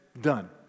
done